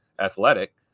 athletic